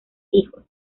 hijos